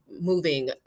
moving